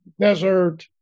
desert